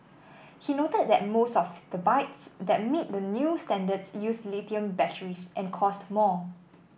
he noted that most of the bikes that meet the new standards use lithium batteries and cost more